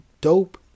dope